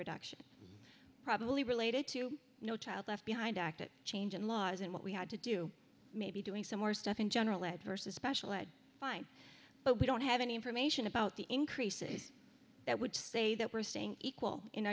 reduction probably related to no child left behind act that change in law isn't what we had to do maybe doing some more stuff in general ed versus special ed fine but we don't have any information about the increases that would say that we're staying equal in